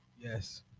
Yes